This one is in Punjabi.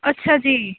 ਅੱਛਾ ਜੀ